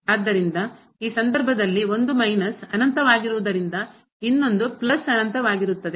ಆದ್ದರಿಂದ ಈ ಸಂದರ್ಭದಲ್ಲಿ ಒಂದು ಮೈನಸ್ ಅನಂತವಾಗಿರುವುದರಿಂದ ಇನ್ನೊಂದು ಪ್ಲಸ್ ಅನಂತವಾಗಿರುತ್ತದೆ